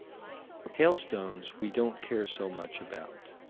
hailstones, we don't care so much about.